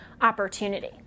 opportunity